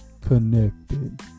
connected